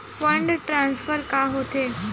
Fund transfer का होथे?